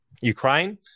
Ukraine